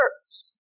hurts